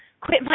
quit